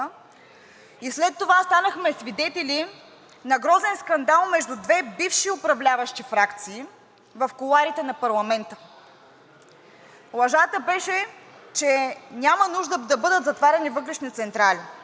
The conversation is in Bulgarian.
След това станахме свидетели на грозен скандал между две бивши управляващи фракции в кулоарите на парламента. Лъжата беше, че няма нужда да бъдат затваряни въглищни централи.